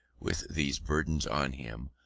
with these burdens on him,